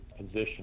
position